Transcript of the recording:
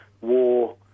war